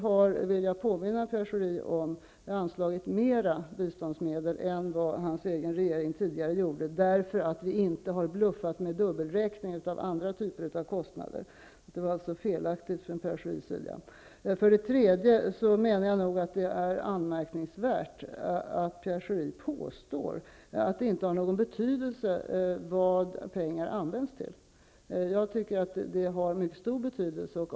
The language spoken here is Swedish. Jag vill påminna Pierre Schori om att vi har anslagit mer biståndsmedel än vad hans egen regering tidigare gjorde, eftersom vi inte har bluffat med dubbelräkning av andra typer av kostnader. Påståendet från Pierre Schori var alltså felaktigt. För det tredje menar jag att det är anmärkningsvärt att Pierre Schori påstår att det inte har någon betydelse vad pengar används till. Jag tycker att det har mycket stor betydelse.